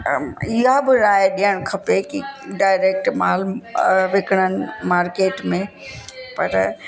इहा बि राइ ॾिअणु खपे कि डायरैक्ट माल विकरण मार्केट में पर